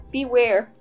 Beware